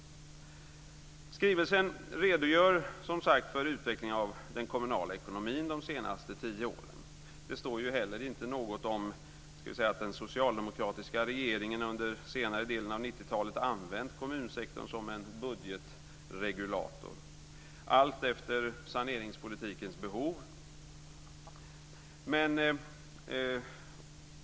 I skrivelsen redogörs som sagt för utvecklingen av den kommunala ekonomin under de senaste tio åren. Det står ju inte heller något om att den socialdemokratiska regeringen under senare delen av 1990-talet använt kommunsektorn som en budgetregulator alltefter saneringspolitikens behov.